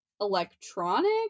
electronic